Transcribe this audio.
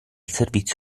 servizio